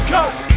Cause